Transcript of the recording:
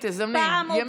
הרים, תזמני, תזמני.